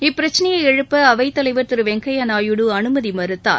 இப்பிரச்சினையை எழுப்ப அவைத் தலைவர் திரு வெங்கய்யா நாயுடு அனுமதி மறுத்தார்